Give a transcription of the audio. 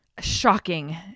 Shocking